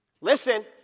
Listen